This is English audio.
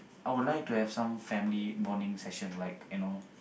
I would like to have some family bonding session like you know